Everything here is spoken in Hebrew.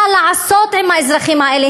מה לעשות עם האזרחים האלה,